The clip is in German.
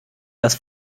das